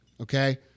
okay